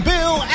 Bill